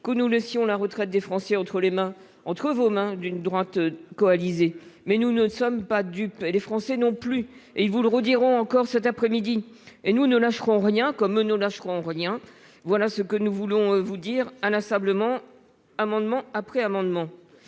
que nous laisserions la retraite des Français entre vos mains, celles des droites coalisées. Mais nous ne sommes pas dupes, et les Français non plus ; ils vous le rediront cet après-midi. Nous ne lâcherons rien, comme eux ne lâcheront rien ! Voilà ce qu'inlassablement nous voulons vous dire, amendement après amendement.